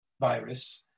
virus